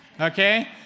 Okay